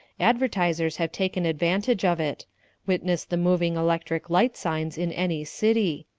advertisers have taken advantage of it witness the moving electric light signs in any city.